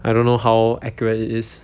I don't know how accurate it is